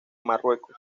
marruecos